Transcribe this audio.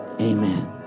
amen